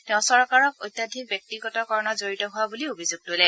তেওঁ চৰকাৰক অত্যধিক ব্যক্তিগতকৰণত জড়িত হোৱা বুলি অভিযোগ তোলে